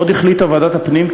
עוד החליטה ועדת הפנים,